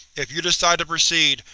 if you decide to proceed,